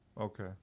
Okay